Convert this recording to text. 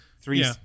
three